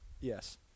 Yes